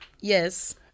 Yes